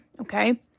Okay